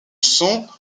sont